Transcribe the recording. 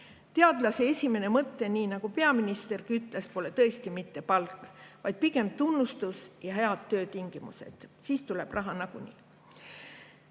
Teadlase esimene mõte, nii nagu peaministergi ütles, pole tõesti mitte palk, vaid pigem tunnustus ja head töötingimused. Siis tuleb raha nagunii. Teiseks,